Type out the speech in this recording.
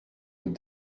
aux